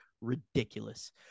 ridiculous